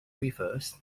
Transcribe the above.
rivers